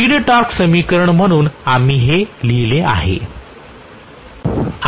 speed torque समीकरण म्हणून आम्ही हे लिहिले आहे